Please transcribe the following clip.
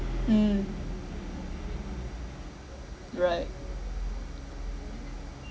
mm right